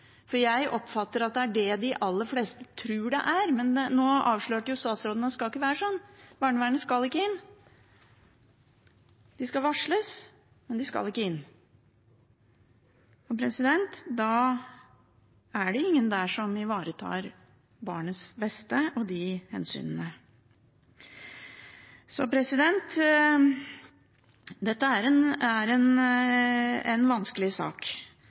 for jeg oppfatter at det er det de aller fleste tror det er. Men nå avslørte statsråden at det ikke skal være slik. Barnevernet skal ikke inn. De skal varsles, men de skal ikke inn. Da er det ingen der som ivaretar barnets beste og de hensynene. Dette er en vanskelig sak.